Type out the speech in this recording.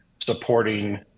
supporting